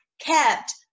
kept